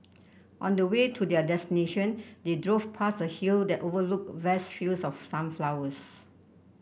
on the way to their destination they drove past a hill that overlooked vast fields of sunflowers